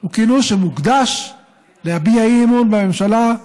הוא כינוס שמוקדש להביע אי-אמון בממשלה,